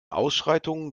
ausschreitungen